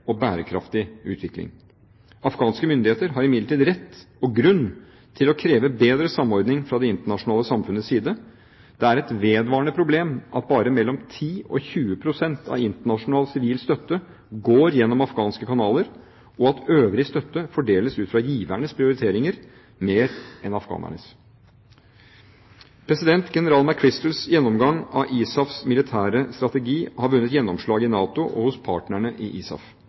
og bærekraftig utvikling. Afghanske myndigheter har imidlertid rett og grunn til å kreve bedre samordning fra det internasjonale samfunnets side. Det er et vedvarende problem at bare mellom 10 og 20 pst. av internasjonal sivil støtte går gjennom afghanske kanaler, og at øvrig støtte fordeles ut fra givernes prioriteringer mer enn afghanernes. General McChrystals – COMISAFs – gjennomgang av ISAFs militære strategi har vunnet gjennomslag i NATO og hos partnerne i ISAF.